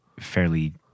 fairly